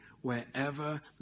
wherever